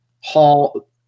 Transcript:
hall